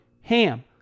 HAM